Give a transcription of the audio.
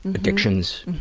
and addictions.